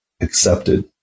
accepted